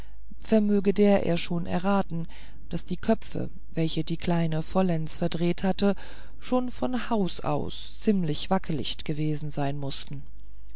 vermöge der er schon erraten daß die köpfe welche die kleine vollends verdreht hatte schon von haus aus ziemlich wackelicht gewesen sein mußten